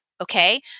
Okay